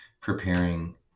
preparing